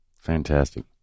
Fantastic